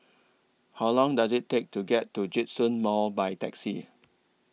How Long Does IT Take to get to Djitsun Mall By Taxi